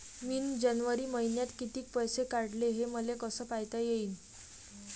मिन जनवरी मईन्यात कितीक पैसे काढले, हे मले कस पायता येईन?